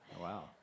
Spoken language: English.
Wow